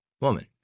woman